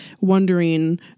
wondering